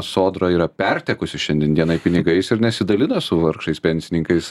sodra yra pertekusi šiandien dienai pinigais ir nesidalina su vargšais pensininkais